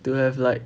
they'll have like